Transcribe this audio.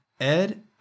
Ed